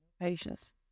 Patience